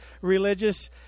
religious